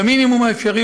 במינימום האפשרי,